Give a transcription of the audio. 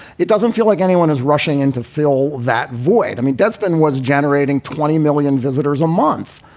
it doesn't feel like anyone is rushing in to fill that void. i mean, deadspin was generating twenty million visitors a month.